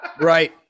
Right